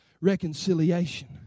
reconciliation